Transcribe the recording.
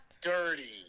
dirty